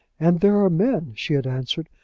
and there are men, she had answered,